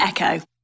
Echo